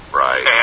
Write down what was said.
right